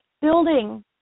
building